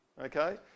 okay